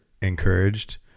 encouraged